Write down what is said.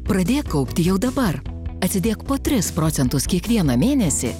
pradėk kaupti jau dabar atsidėk po tris procentus kiekvieną mėnesį